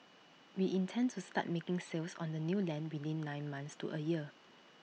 we intend to start making sales on the new land within nine months to A year